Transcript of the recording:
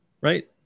right